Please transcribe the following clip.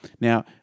Now